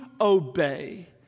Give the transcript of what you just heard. obey